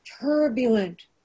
turbulent